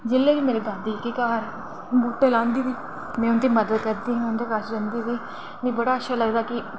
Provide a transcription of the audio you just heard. जेल्लै बी मेरी दादी घर बूह्टे लांदी ते में उं'दी मदद करदी ही ते उं'दे कश जंदी ही मिगी बड़ा अच्छा लगदा कि